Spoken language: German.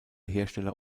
hersteller